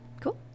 cool